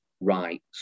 rights